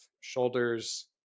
shoulders